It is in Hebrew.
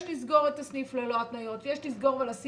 יש לסגור את הסניף ללא התניות, יש לסגור ולשים